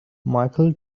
michael